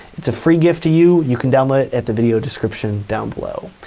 it's a free gift to you. you can download at the video description down below.